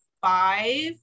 five